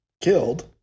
killed